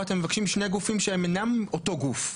פה אתם מבקשים שני גופים שהם אינם אותו גוף.